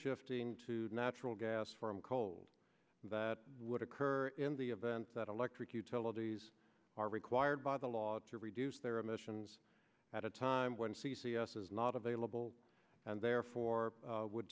shifting to natural gas from cold that would occur in the event that electric utilities are required by the law to reduce their emissions at a time when c c s is not available and therefore would